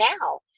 now